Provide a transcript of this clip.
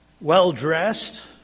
well-dressed